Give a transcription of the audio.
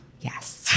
yes